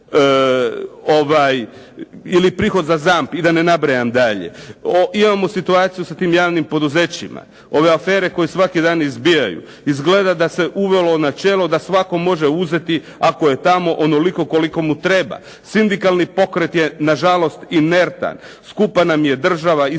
Ili prihod za ZAMP. I da ne nabrajam dalje. Imamo situaciju sa tim javnim poduzećima. Ove afere koje svaki dan izbijaju, izgleda da se uvelo načelo da svatko može uzeti ako je tamo onoliko koliko mu treba. Sindikalni pokret je na žalost inertan. Skupa nam je država. Ispada